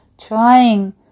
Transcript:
trying